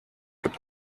gibt